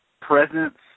presence